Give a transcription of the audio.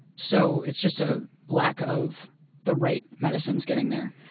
so it's just a lack of the right medicines getting there.